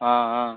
ஆ ஆ